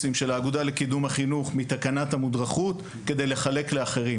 הקמפוסים של האגודה לקידום החינוך מתקנת המודרכות כדי לחלק לאחרים.